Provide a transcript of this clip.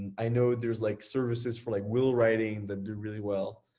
i know there's like services for like will writing that do really well.